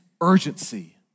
urgency